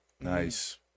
Nice